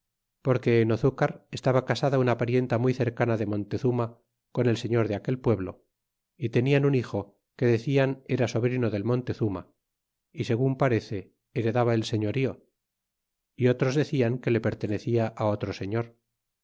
porque en ozucar estaba casada una parienta muy cercana de montezuma con el señor de aquel pueblo y tenian un hijo que decian era sobrino del montezuma fi segun parece heredaba el señorio fi otros decian que le pertenecia otro señor